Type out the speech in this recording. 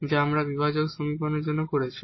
যা আমরা সেপারেটেবল সমীকরণের জন্য করেছি